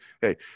hey